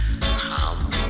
Come